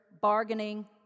bargaining